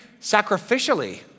sacrificially